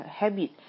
habit